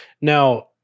Now –